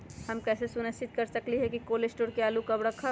हम कैसे सुनिश्चित कर सकली ह कि कोल शटोर से आलू कब रखब?